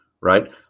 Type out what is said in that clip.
right